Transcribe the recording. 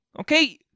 Okay